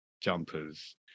jumpers